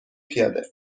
پیاده